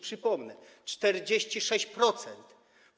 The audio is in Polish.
Przypomnę: 46%.